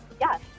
Yes